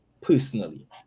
personally